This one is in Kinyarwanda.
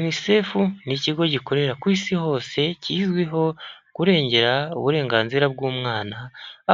UNICEF ni ikigo gikorera ku isi hose kizwiho kurengera uburenganzira bw'umwana,